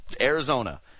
Arizona